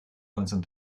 końcem